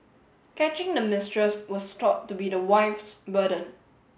catching the mistress was thought to be the wife's burden